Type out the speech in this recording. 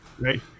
Right